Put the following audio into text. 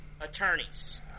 attorneys